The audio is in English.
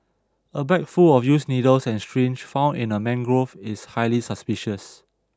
a bag full of used needles and syringes found in a mangrove is highly suspicious